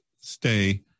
stay